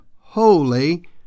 Holy